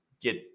get